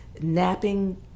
napping